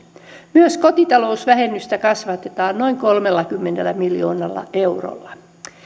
myös kotitalousvähennystä kasvatetaan noin kolmellakymmenellä miljoonalla eurolla